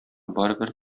барыбер